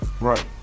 Right